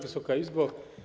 Wysoka Izbo!